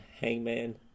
Hangman